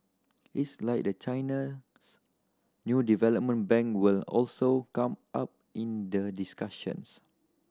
it's likely that China new development bank will also come up in the discussions